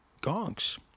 gongs